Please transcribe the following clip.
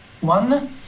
One